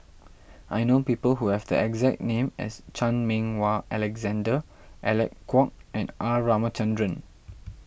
I know people who have the exact name as Chan Meng Wah Alexander Alec Kuok and R Ramachandran